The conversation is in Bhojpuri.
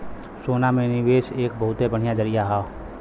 सोना में निवेस एक बहुते बढ़िया जरीया हौ